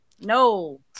No